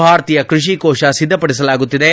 ಭಾರತೀಯ ಕೃಷಿ ಕೋಶ ಸಿದ್ದಪಡಿಸಲಾಗುತ್ತಿದೆ